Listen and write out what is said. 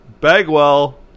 Bagwell